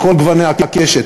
מכל גוני הקשת.